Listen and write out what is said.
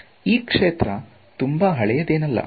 ಈ ಕ್ಷೇತ್ರ ತುಂಬಾ ಹಳೆಯದೇನಲ್ಲ